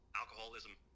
alcoholism